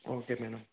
okay madam